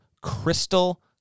crystal